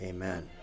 Amen